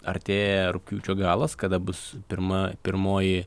artėja rugpjūčio galas kada bus pirma pirmoji